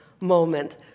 moment